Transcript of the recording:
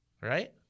Right